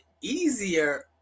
easier